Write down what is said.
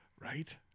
Right